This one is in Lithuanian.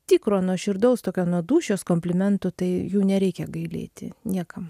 tikro nuoširdaus tokio nuo dūšios komplimentų tai jų nereikia gailėti niekam